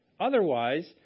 Otherwise